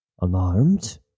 Unarmed